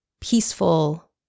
peaceful